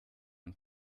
man